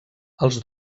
els